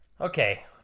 Okay